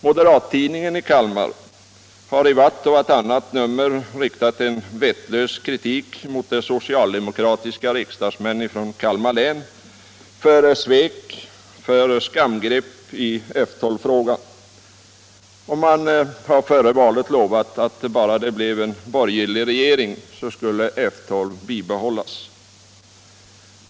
Moderattidningen i Kalmar har i vart och vartannat nummer riktat en vettlös kritik mot de socialdemokratiska riksdagsmännen från Kalmar län för svek och skamgrepp i F 12-frågan, och man har före valet lovat att bara det blev en borgerlig regering skulle F 12 bibehållas.